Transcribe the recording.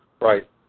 Right